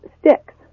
sticks